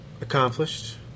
accomplished